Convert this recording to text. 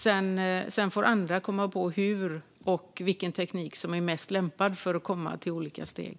Sedan får andra komma på hur och vilken teknik som är mest lämpad för att komma till olika steg.